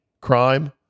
crime